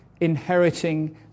inheriting